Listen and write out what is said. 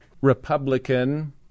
Republican